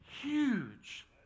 Huge